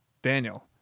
Daniel